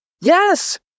Yes